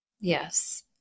Yes